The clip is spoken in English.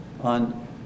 on